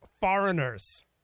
foreigners